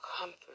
comfort